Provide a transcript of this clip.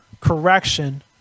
correction